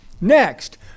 Next